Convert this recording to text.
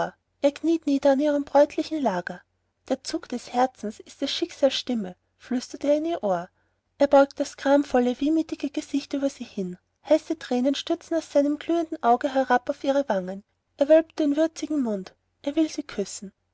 er kniet nieder an ihrem bräutlichen lager der zug des herzens ist des schicksals stimme flüstert er in ihr ohr er beugt das gramvolle wehmütige gesicht über sie hin heiße tränen stürzen aus seinem glühenden auge herab auf ihre wangen er wölbt den würzigen mund er will sie kü sie